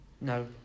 No